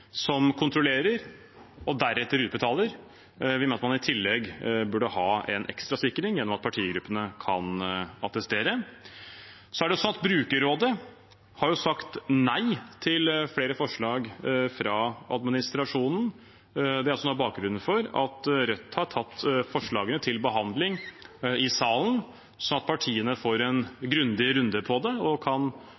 som kontrollerer og deretter utbetaler. Vi mener at man i tillegg burde ha en ekstra sikring gjennom at partigruppene kan attestere. Brukerrådet har sagt nei til flere forslag fra administrasjonen. Det er også noe av bakgrunnen for at Rødt har tatt forslagene til behandling i salen, sånn at partiene får en